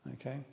Okay